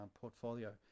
portfolio